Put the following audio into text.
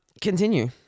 Continue